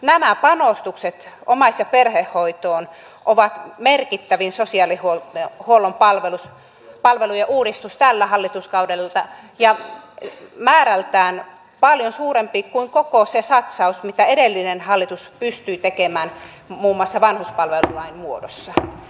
nämä panostukset omais ja perhehoitoon ovat merkittävin sosiaalihuollon palvelujen uudistus tällä hallituskaudella ja määrältään paljon suurempi kuin koko se satsaus mitä edellinen hallitus pystyi tekemään muun muassa vanhuspalvelulain muodossa